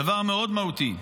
זה דבר מאוד מהותי.